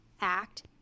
act